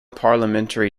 parliamentary